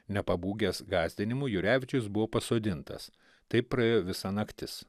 nepabūgęs gąsdinimų jurevičius buvo pasodintas taip praėjo visa naktis